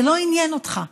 זה לא עניין אותך,